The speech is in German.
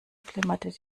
flimmerte